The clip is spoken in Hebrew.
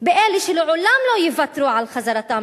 באלה שלעולם לא יוותרו על חזרתם